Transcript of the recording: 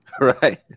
Right